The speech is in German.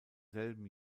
selben